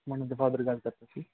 ਦੇ ਫਾਦਰ ਗੱਲ ਕਰਦਾ ਸੀ